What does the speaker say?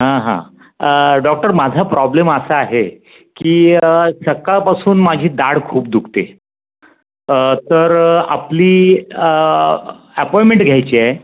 हां हां डॉक्टर माझा प्रॉब्लेम असा आहे की सकाळपासून माझी दाढ खूप दुखते तर आपली ॲपॉईंटमेंट घ्यायची आहे